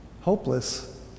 hopeless